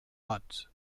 hat